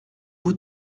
vous